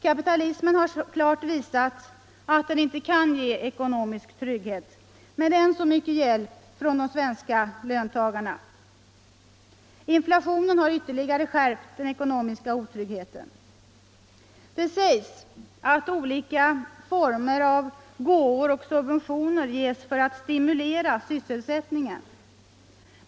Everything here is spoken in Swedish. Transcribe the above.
Kapitalismen har klart visat att den inte kan ge ekonomisk trygghet med aldrig så mycket hjälp från de svenska löntagarna. Inflationen har ytterligare skärpt den ekonomiska otryggheten. Det sägs att olika former av gåvor och subventioner ges för att stimulera sysselsättningen.